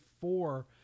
four